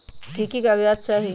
की की कागज़ात चाही?